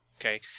okay